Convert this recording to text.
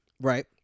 Right